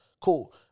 Cool